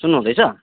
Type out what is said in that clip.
सुन्नुहुँदैछ